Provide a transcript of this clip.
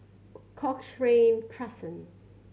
Cochrane Crescent